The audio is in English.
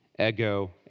ego